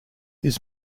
his